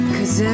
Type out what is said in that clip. Cause